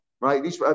Right